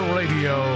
radio